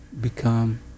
become